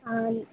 हाँ